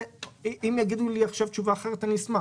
אם יגידו לי עכשיו תשובה אחרת, אשמח.